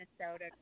Minnesota